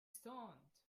stoned